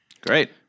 Great